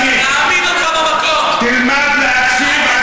תלמד להקשיב.